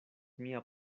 mia